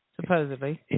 supposedly